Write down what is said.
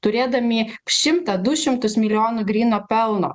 turėdami šimtą du šimtus milijonų gryno pelno